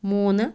മൂന്ന്